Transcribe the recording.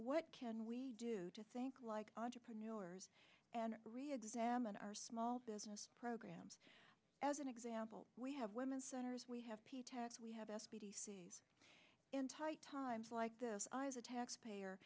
what can we do to think like entrepreneurs and reexamine our small business programs as an example we have women centers we have we have asked in tight times like this i as a taxpayer